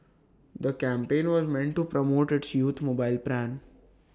the campaign was meant to promote its youth mobile plan